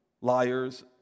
liars